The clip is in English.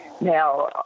Now